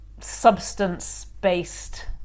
substance-based